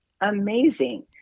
amazing